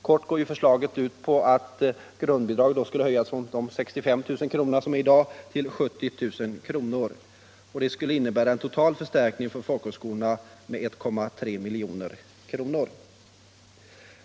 Kort går förslaget ut på att grundbidraget höjs från 65 000 kr. till 70 000 kr. Det skulle innebära en total förstärkning för folkhögskolorna med 1,3 milj.kr.